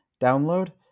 download